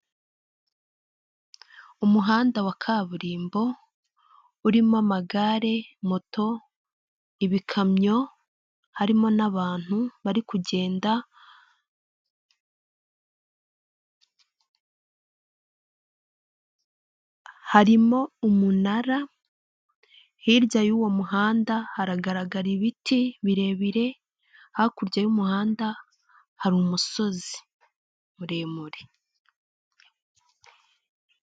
Umuhanda wa kaburimbo urimo amagare, moto, ibikamyo harimo n'abantu bari kugenda, harimo umunara hirya y'uwo muhanda haragaragara ibiti birebire, hakurya y'umuhanda hari umusozi muremure.